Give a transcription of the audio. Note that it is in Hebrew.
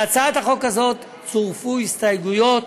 להצעת החוק הזאת צורפו הסתייגויות.